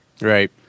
Right